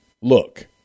Look